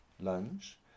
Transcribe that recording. Lunge